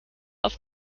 auf